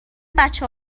بچه